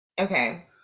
Okay